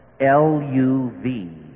L-U-V